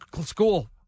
school